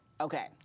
Okay